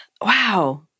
Wow